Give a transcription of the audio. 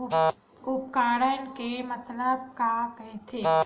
उपकरण के मतलब का होथे?